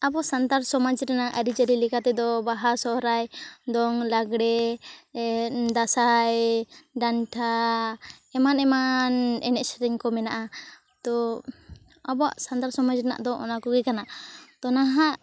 ᱟᱵᱚ ᱥᱟᱱᱛᱟᱲ ᱥᱚᱢᱟᱡᱽ ᱨᱮᱱᱟᱜ ᱟᱹᱨᱤ ᱪᱟᱹᱨᱤ ᱞᱮᱠᱟ ᱛᱮᱫᱚ ᱵᱟᱦᱟ ᱥᱚᱦᱚᱨᱟᱭ ᱫᱚᱝ ᱞᱟᱜᱽᱲᱮ ᱫᱟᱥᱟᱸᱭ ᱰᱟᱱᱴᱷᱟ ᱮᱢᱟᱱ ᱮᱢᱟᱱ ᱮᱱᱮᱡ ᱥᱮᱨᱮᱧ ᱠᱚ ᱢᱮᱱᱟᱜᱼᱟ ᱛᱚ ᱟᱵᱚᱣᱟᱜ ᱥᱟᱱᱛᱟᱞ ᱥᱚᱢᱟᱡᱽ ᱨᱮᱱᱟᱜ ᱫᱚ ᱚᱱᱟᱠᱚ ᱜᱮ ᱠᱟᱱᱟ ᱛᱳ ᱱᱟᱦᱟᱜ